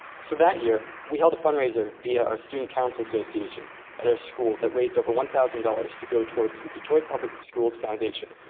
so that year we held a fundraiser via our student council association at our school that raised over one thousand dollars to go towards the ditori public schools foundation,